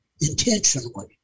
intentionally